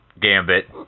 gambit